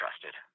trusted